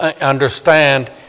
understand